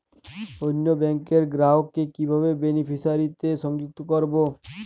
অন্য ব্যাংক র গ্রাহক কে কিভাবে বেনিফিসিয়ারি তে সংযুক্ত করবো?